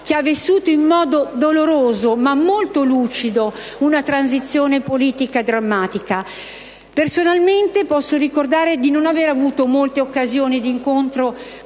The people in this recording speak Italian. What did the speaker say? che ha vissuto in modo doloroso ma molto lucido una transizione politica drammatica. Personalmente posso ricordare di non aver avuto poche occasioni di incontro